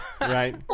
Right